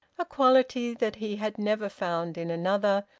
a quality that he had never found in another,